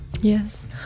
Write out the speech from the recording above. Yes